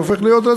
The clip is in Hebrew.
הופך להיות,